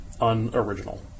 unoriginal